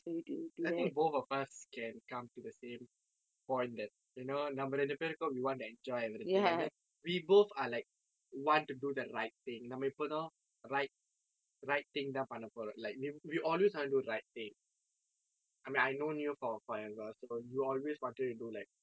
I think both of us can come to the same point that you know நம்ம ரெண்டு பேருக்கும்:namma rendru paerukkum we want to enjoy everything and then we both are like want to do the right thing நம்ம எப்போதும்:namma eppothum right right thing தான் பண்ணப்போறோம்:thaan pannapporoam like we we always want to do right things I mean I've known you for forever so you always wanted to do like